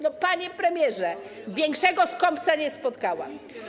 No, panie premierze, większego skąpca nie spotkałam.